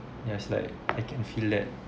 yeah it's like I can feel that